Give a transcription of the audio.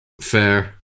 fair